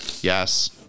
Yes